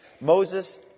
Moses